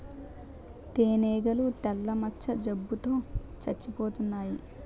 తేనీగలు తెల్ల మచ్చ జబ్బు తో సచ్చిపోతన్నాయి